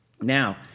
Now